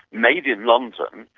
made in london,